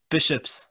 Bishops